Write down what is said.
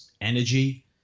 energy